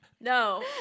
No